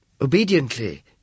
Obediently